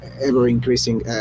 ever-increasing